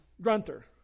grunter